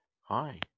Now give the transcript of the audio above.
Hi